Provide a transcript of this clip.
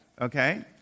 Okay